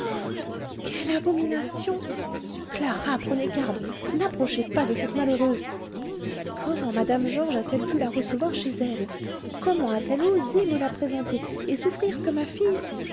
quelle abomination clara prenez garde n'approchez pas de cette malheureuse mais comment mme georges a-t-elle pu la recevoir chez elle comment a-t-elle osé me la présenter et souffrir que ma fille